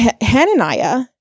Hananiah